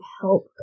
help